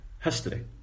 history